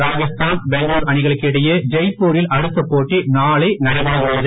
ராஜஸ்தான் பெங்களுர் அணிகளுக்கு இடையே ஜெய்பூரில் அடுத்த போட்டி நாளை நடைபெற உள்ளது